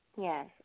Yes